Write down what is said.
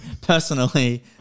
personally